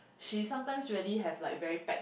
she sometimes really have like very bad